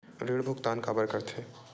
ऋण भुक्तान काबर कर थे?